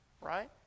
right